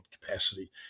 capacity